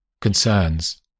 Concerns